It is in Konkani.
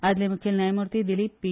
आदले मुखेल न्यायमुर्ती दिलीप बी